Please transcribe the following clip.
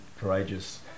courageous